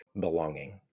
belonging